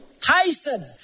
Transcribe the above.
Tyson